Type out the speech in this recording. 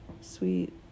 sweet